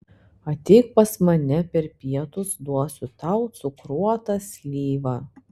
ateik pas mane per pietus duosiu tau cukruotą slyvą